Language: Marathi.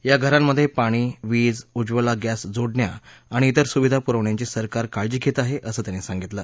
या घरांमध्ये पाणी वीज उज्ज्वला गॅस जोडण्या आणि इतर सुविधा पुरवण्याची सरकार काळजी घेत आहे असं त्यांनी सांगितलं